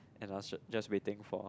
and i was ju~ just waiting for